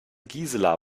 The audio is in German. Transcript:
gisela